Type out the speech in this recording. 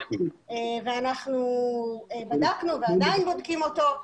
שעברה ואנחנו בדקנו ועדיין בודקים אותו,